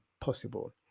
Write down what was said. possible